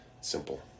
Simple